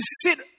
sit